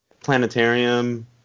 Planetarium